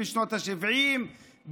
בשנות השבעים,